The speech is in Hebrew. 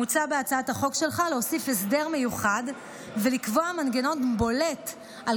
מוצע בהצעת החוק שלך להוסיף הסדר מיוחד ולקבוע מנגנון בולט על